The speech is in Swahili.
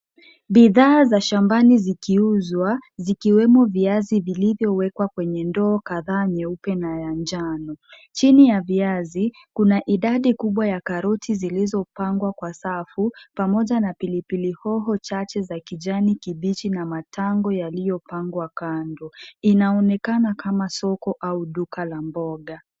Bidhaa za shambani zikiuzwa, zikiwemo viazi vilivyowekwa kwenye ndoo kadhaa, nyeupe na ya njano. Chini ya viazi kuna idadi kubwa ya karoti, zilizopangwa kwa safu, pamoja na pilipili hoho chache za kijani kibichi na matango yaliyopangwa kando. Inaonekana kama soko au duka la mboga.